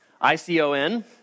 I-C-O-N